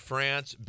France